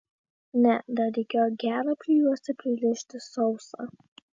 ne dar reikėjo gerą prijuostę pririšti sausą